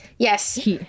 Yes